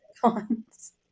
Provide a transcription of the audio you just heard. cons